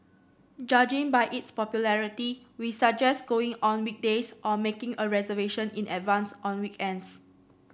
judging by its popularity we suggest going on weekdays or making a reservation in advance on weekends